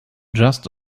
just